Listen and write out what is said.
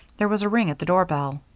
there was a ring at the doorbell.